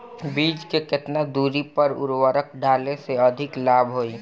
बीज के केतना दूरी पर उर्वरक डाले से अधिक लाभ होई?